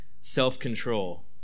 self-control